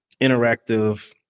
interactive